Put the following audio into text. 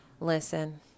listen